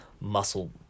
muscle